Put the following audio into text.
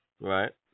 Right